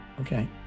okay